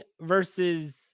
versus